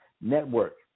Network